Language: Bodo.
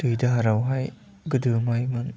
दै दाहारावहाय गोदोलांबायमोन